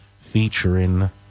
featuring